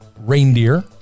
reindeer